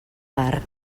bar